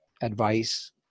advice